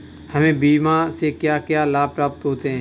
हमें बीमा से क्या क्या लाभ प्राप्त होते हैं?